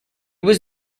was